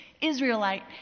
Israelite